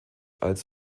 als